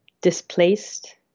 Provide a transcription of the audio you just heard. displaced